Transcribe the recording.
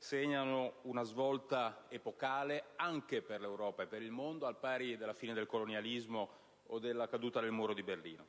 segnano una svolta epocale anche per l'Europa e per il mondo, al pari della fine del colonialismo o della caduta del Muro di Berlino.